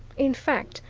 in fact,